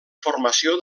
formació